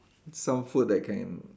some food that can